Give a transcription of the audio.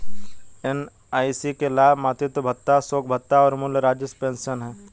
NIC के लाभ मातृत्व भत्ता, शोक लाभ और मूल राज्य पेंशन हैं